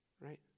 right